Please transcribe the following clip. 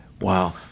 Wow